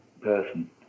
person